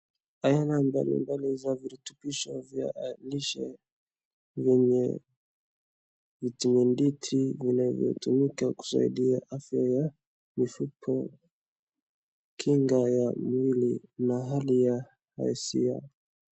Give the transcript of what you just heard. Aina mbalimbali za virutubisho vya lishe vyenye vitamini D3 vinavyotumika kusaidia afya ya mifupa, kinga ya mwili na hali ya hasia.